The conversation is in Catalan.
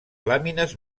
làmines